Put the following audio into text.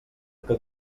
que